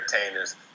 entertainers